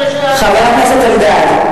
חבר הכנסת אלדד,